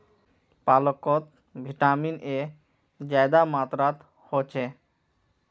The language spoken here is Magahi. पालकोत विटामिन ए ज्यादा मात्रात होछे